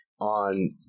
on